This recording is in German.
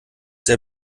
sehr